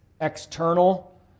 external